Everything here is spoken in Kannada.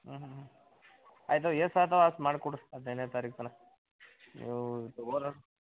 ಹ್ಞೂ ಹ್ಞೂ ಹ್ಞೂ ಆಯಿತು ಎಷ್ಟ್ ಆಗ್ತವೋ ಅಷ್ಟು ಮಾಡಿ ಕೊಡಿರಿ ಹದಿನೈದನೇ ತಾರೀಖು ತನಕ ನೀವು